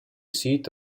seat